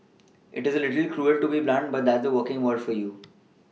it is a little cruel to be blunt but that's the working world for you